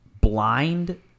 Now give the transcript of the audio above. blind